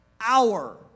hour